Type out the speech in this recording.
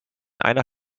einer